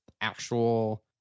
actual